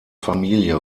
familie